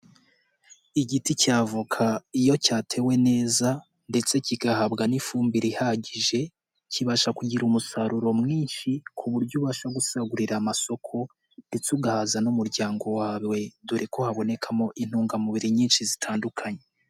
Igiti cya avoka iyo cyatewe neza ndetse kigahabwa n'ifumbire ihagije, kibasha kugira umusaruro mwinshi ku buryo ubasha gusagurira amasoko, ndetse ugahaza n'umuryango wawe, dore ko habonekamo intungamubiri nyinshi zitandukanye.